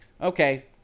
Okay